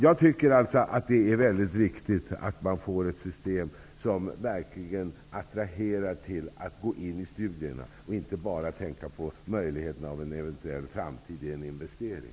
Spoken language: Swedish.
Jag tycker att det är mycket viktigt att vi får ett system som gör studier attraktiva och där de inte bara ses som en möjlighet till investeringar för framtiden.